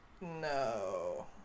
No